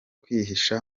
kwihisha